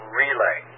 relay